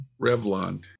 Revlon